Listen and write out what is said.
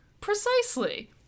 Precisely